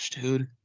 dude